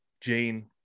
Jane